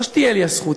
לא שתהיה לי הזכות,